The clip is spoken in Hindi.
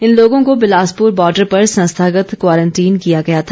इन लोगों को बिलासपुर बॉर्डर पर संस्थागत क्वारंटीन किया गया था